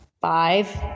five